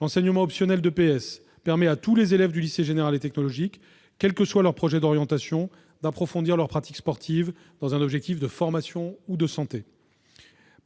L'enseignement optionnel d'EPS permet à tous les lycéens, quels que soient leurs projets d'orientation, d'approfondir leur pratique sportive dans un objectif de formation ou de santé.